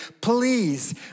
please